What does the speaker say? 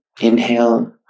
inhale